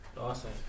Awesome